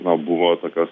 na buvo tokios